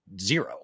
zero